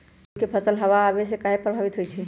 गेंहू के फसल हव आने से काहे पभवित होई छई?